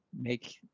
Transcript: make